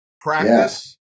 Practice